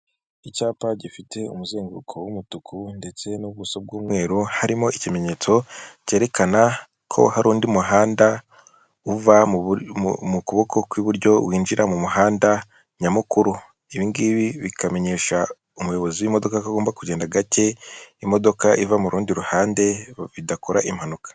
Icyapa gifite umuzenguruko w'umutuku ndetse n'ubuso bw'umweru harimo ikimenyetso cyerekana ko hari undi muhanda uva mu kuboko kw'iburyo winjira mu muhanda nyamukuru ibingibi bikamenyesha umuyobozi w'imodoka ko agomba kugenda gake imodoka iva mu rundi ruhande bidakora impanuka.